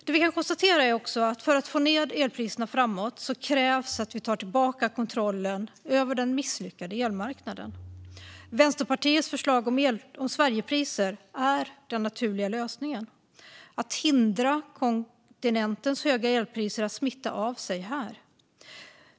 Det vi kan konstatera är också att för att få ned elpriserna framåt krävs att vi tar tillbaka kontrollen över den misslyckade elmarknaden. Vänsterpartiets förslag om Sverigepriser, att hindra kontinentens höga elpriser att smitta av sig här, är den naturliga lösningen.